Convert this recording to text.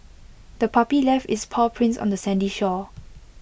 the puppy left its paw prints on the sandy shore